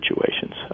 situations